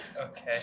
Okay